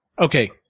Okay